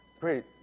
great